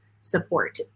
support